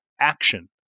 action